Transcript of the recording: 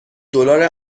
دلار